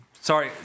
sorry